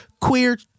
queer